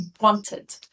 wanted